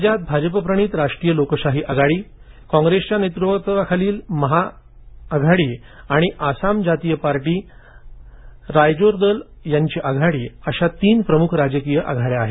राज्यात भाजपप्रणीत राष्ट्रीय लोकशाही आघाडी कॉंग्रेसच्या नेतृत्वाखालील महाआघाडी आणि आसाम जातीया पार्टी आणि रायजोर दल यांची आघाडी अशा तीन प्रमुख राजकीय आघाड्या आहेत